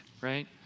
right